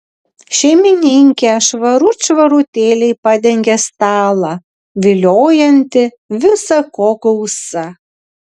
šeimininkė švarut švarutėliai padengė stalą viliojantį visa ko gausa